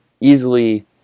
easily